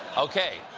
okay,